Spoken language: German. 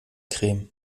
creme